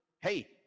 Hey